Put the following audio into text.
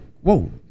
whoa